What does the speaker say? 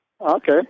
Okay